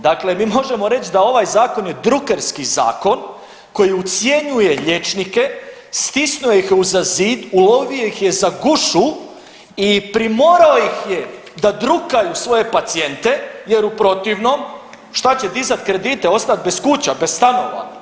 Dakle, mi možemo reći da ovaj zakon je drukerski zakon koji ucjenjuje liječnike, stisnuo ih je uza zid, ulovio ih je za gušu i primorao ih je da drukaju svoje pacijente jer u protivnom šta će dizat kredite, ostat bez kuća, bez stanova?